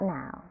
now